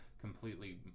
completely